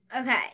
Okay